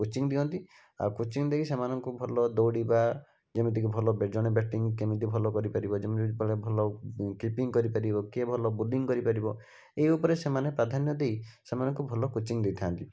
coaching ଦିଅନ୍ତି ଆଉ coaching ଦେଇକି ସେମାନଙ୍କୁ ଭଲ ଦୌଡ଼ିବା ଯେମିତିକି ଭଲ ଜଣେ ବ୍ୟକ୍ତିଙ୍କୁ କେମିତି ଭଲ କରିପାରିବା ଯେମିତି ଜଣେ ଭଲ କିପିଙ୍ଗ କରିପାରିବ କିଏ ଭଲ ବୋଲିଂ କରିପାରିବ ଏଇ ଉପରେ ସେମାନେ ପ୍ରାଧାନ୍ୟ ଦେଇ ସେମାନଙ୍କୁ ଭଲ କୋଚିଂ ଦେଇଥାନ୍ତି